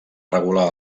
regular